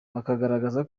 bakagaragaza